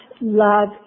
love